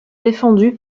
défendu